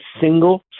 single